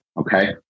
Okay